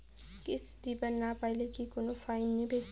কিস্তি দিবার না পাইলে কি কোনো ফাইন নিবে?